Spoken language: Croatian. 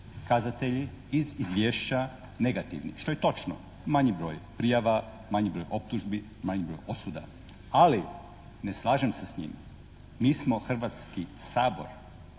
kazatelji iz Izvješće negativni, što je točno. Manji broj prijava, manji broj optužbi, manji broj osuda. Ali ne slažem se s njime. Mi smo Hrvatski sabor,